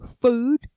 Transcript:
food